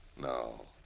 No